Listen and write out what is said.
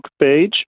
page